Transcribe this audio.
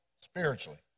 spiritually